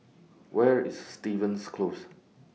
Where IS Stevens Close